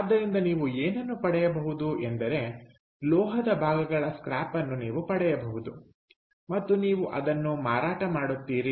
ಆದ್ದರಿಂದ ನೀವು ಏನನ್ನು ಪಡೆಯಬಹುದು ಎಂದರೆ ಲೋಹದ ಭಾಗಗಳ ಸ್ಕ್ರ್ಯಾಪ್ ಅನ್ನು ನೀವು ಪಡೆಯಬಹುದು ಮತ್ತು ನೀವು ಅದನ್ನು ಮಾರಾಟ ಮಾಡುತ್ತೀರಿ